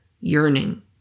yearning